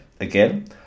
Again